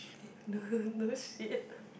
no no sit